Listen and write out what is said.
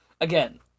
Again